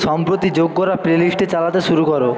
সম্প্রতি যোগ করা প্লেলিস্টটি চালাতে শুরু করো